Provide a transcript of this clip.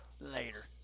Later